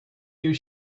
you